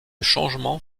changement